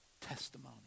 testimony